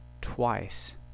twice